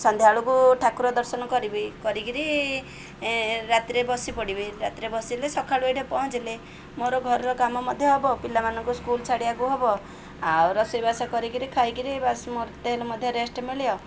ସନ୍ଧ୍ୟାବେଳକୁ ଠାକୁର ଦର୍ଶନ କରିବି କରିକି ରାତିରେ ବସି ପଡ଼ିବି ରାତିରେ ବସିଲେ ସଖାଳୁ ଏଠି ପହଞ୍ଚିଲେ ମୋର ଘରର କାମ ମଧ୍ୟ ହବ ପିଲାମାନଙ୍କୁ ସ୍କୁଲ ଛାଡ଼ିବାକୁ ହବ ଆଉ ରୋଷେଇବାସ କରିକି ଖାଇ କରି ବା ମୋର ମଧ୍ୟ ରେଷ୍ଟ ମିଳିବ